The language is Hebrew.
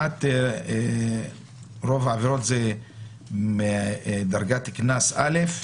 רוב העבירות הן בדרגת קנס א',